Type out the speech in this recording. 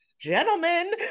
gentlemen